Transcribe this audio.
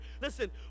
Listen